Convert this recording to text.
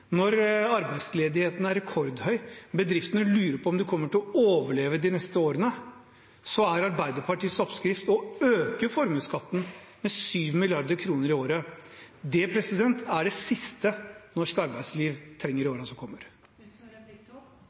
når arbeidsledigheten er rekordhøy og bedriftene lurer på om de kommer til å overleve de neste årene, er Arbeiderpartiets oppskrift å øke formuesskatten med 7 mrd. kr i året. Det er det siste norsk arbeidsliv trenger i årene som kommer.